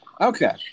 Okay